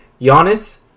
Giannis